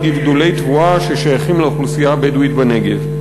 גידולי תבואה ששייכים לאוכלוסייה הבדואית בנגב.